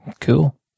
Cool